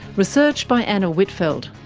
research by anna whitfeld,